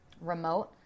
remote